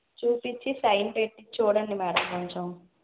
చూపించి సైన్ పెట్టి చూడండి మేడం కొంచెం